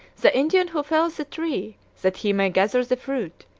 the indian who fells the tree, that he may gather the fruit,